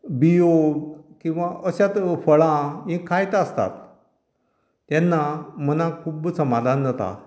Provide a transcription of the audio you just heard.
बियों किंवां अश्याच फळां ही खायत आसतात तेन्ना मनाक खूब्ब समाधान जाता